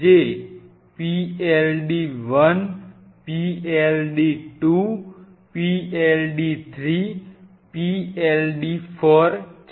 જે PLD1 PLD2 PLD3 PLD4 છે